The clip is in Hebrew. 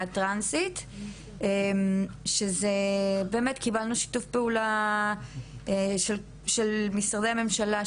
הטרנסית ובאמת קיבלנו שיתוף פעולה של משרדי הממשלה,